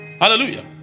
hallelujah